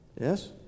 Yes